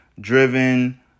driven